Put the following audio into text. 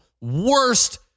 Worst